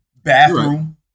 Bathroom